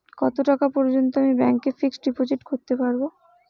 কত টাকা পর্যন্ত আমি ব্যাংক এ ফিক্সড ডিপোজিট করতে পারবো?